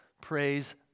Praise